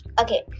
Okay